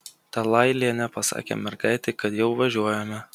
talailienė pasakė mergaitei kad jau važiuojame